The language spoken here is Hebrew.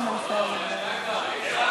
תן לה עוד תור, היא עלתה כבר.